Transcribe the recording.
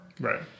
Right